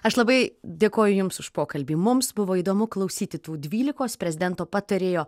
aš labai dėkoju jums už pokalbį mums buvo įdomu klausyti tų dvylikos prezidento patarėjo